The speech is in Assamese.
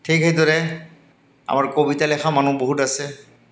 ঠিক সেইদৰে আমাৰ কবিতা লিখা মানুহ বহুত আছে